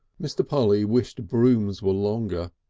mr. polly wished brooms were longer,